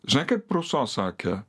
žinai kaip ruso sakė